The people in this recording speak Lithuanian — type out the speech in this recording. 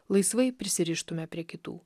laisvai prisirištume prie kitų